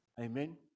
Amen